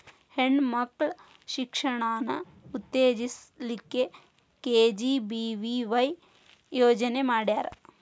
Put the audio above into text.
ಹೆಣ್ ಮಕ್ಳ ಶಿಕ್ಷಣಾನ ಉತ್ತೆಜಸ್ ಲಿಕ್ಕೆ ಕೆ.ಜಿ.ಬಿ.ವಿ.ವಾಯ್ ಯೋಜನೆ ಮಾಡ್ಯಾರ್